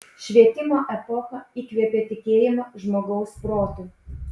švietimo epocha įkvėpė tikėjimą žmogaus protu